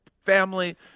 family